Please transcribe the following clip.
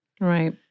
Right